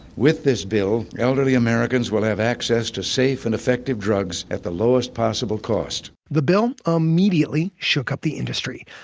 with this bill, elderly americans will have access to safe and effective drugs at the lowest possible cost. the bill ah shook up the industry